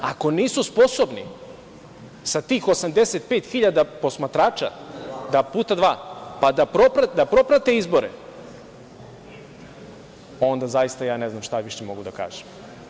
Ako nisu sposobni sa tih 85.000 posmatrača puta dva, da proprate izbore, onda zaista ja ne znam šta više mogu da kažem.